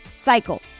cycle